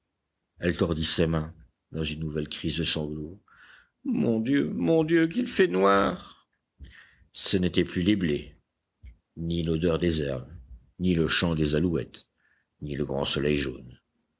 elle tordit ses mains dans une nouvelle crise de sanglots mon dieu mon dieu qu'il fait noir ce n'étaient plus les blés ni l'odeur des herbes ni le chant des alouettes ni le grand soleil jaune